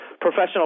professional